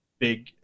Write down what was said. big